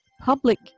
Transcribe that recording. public